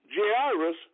Jairus